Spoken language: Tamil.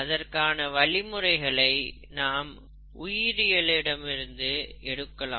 அதற்கான வழிமுறைகளை நாம் உயிரியலிடமிருந்து எடுக்கலாம்